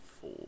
four